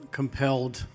compelled